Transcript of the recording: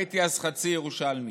הייתי אז חצי ירושלמי.